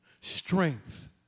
strength